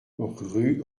rue